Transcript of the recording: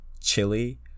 chili